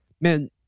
man